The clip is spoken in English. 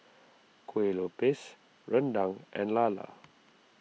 Kueh Lupis Rendang and Lala